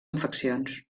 infeccions